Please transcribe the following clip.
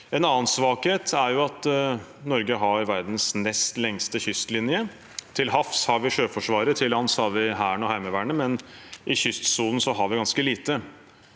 En annen svakhet er at Norge har verdens nest lengste kystlinje. Til havs har vi Sjøforsvaret, og til lands har vi Hæren og Heimevernet, men i kystsonen har vi ganske lite.